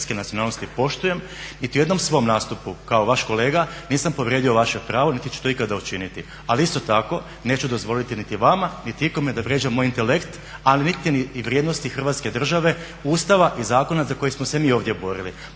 poštujem. Niti u jednom svom nastupu kao vaš kolega nisam povrijedio vaše pravo niti ću to ikada učiniti. Ali isto tako neću dozvoliti niti vama niti ikome da vrijeđa moj intelekt ali niti ni vrijednosti Hrvatske države, Ustava i zakona za koji smo se mi ovdje borili.